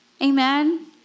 Amen